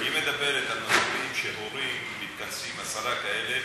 היא מדברת על מצבים שהורים מתכנסים, עשרה כאלה,